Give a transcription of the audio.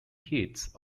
heats